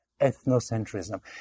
ethnocentrism